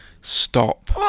Stop